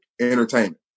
entertainment